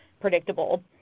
predictable